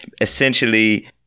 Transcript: essentially